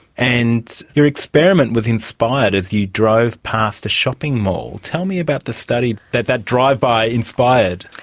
and your experiment was inspired as you drove past a shopping mall. tell me about the study that that drive-by inspired.